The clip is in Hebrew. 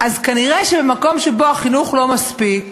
אז נראה שבמקום שבו החינוך לא מספיק